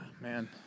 Man